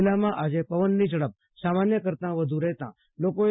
જિલ્લામાં આજે પવનનો ઝ ડપ સામાન્ય કરતાં વધુ રહેતા લોકો છે